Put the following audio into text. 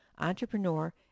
entrepreneur